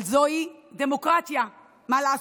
אבל זו היא דמוקרטיה, מה לעשות?